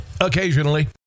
Occasionally